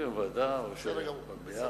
דיון בוועדה או במליאה.